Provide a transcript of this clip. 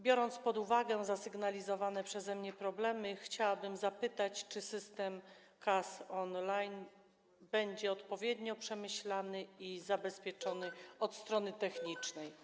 Biorąc pod uwagę zasygnalizowane przeze mnie problemy, chciałabym zapytać, czy system kas on-line będzie odpowiednio przemyślany i zabezpieczony od strony technicznej.